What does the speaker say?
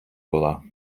була